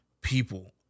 people